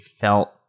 felt